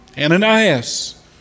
Ananias